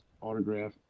autograph